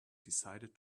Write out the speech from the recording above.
decided